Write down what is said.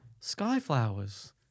Skyflowers